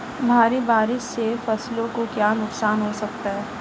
भारी बारिश से फसलों को क्या नुकसान हो सकता है?